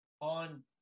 on